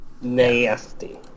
Nasty